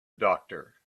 doctor